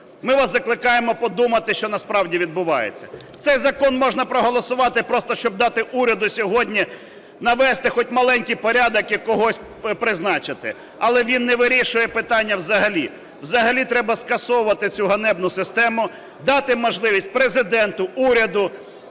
Ми вас закликаємо подумати, що насправді відбувається. Цей закон можна проголосувати просто, щоб дати уряду сьогодні навести хоч маленький порядок і когось призначити. Але він не вирішує питання взагалі. Взагалі треба скасовувати цю ганебну систему, дати можливість Президенту, уряду,